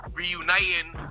reuniting